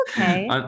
okay